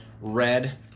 red